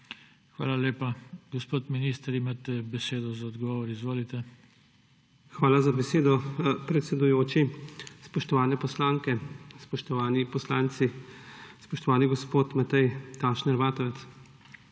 Hvala lepa. Gospod minister, imate besedo za odgovor, izvolite. JANEZ POKLUKAR: Hvala za besedo, predsedujoči. Spoštovane poslanke, spoštovani poslanci! Spoštovani gospod Matej Tašner Vatovec,